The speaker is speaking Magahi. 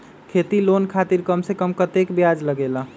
खेती लोन खातीर कम से कम कतेक ब्याज लगेला?